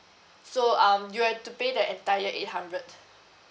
so um you have to pay the entire eight hundred